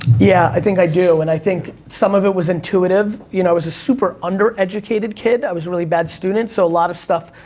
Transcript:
yeah, i think i do, and i think some of it was intuitive. you know, i was a super under-educated kid, i was a really bad student, so a lot of stuff,